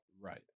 right